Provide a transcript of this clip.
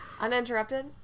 uninterrupted